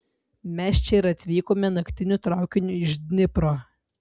mes čia ir atvykome naktiniu traukiniu iš dnipro